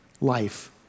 life